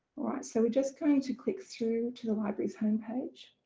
alright so we're just going to click through to the library's homepage.